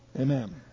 Amen